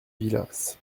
villas